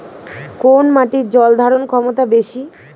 কোন মাটির জল ধারণ ক্ষমতা বেশি?